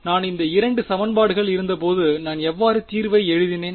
நான் இந்த 2 சமன்பாடுகள் இருந்தபோது நான் எவ்வாறு தீர்வை எழுதினேன்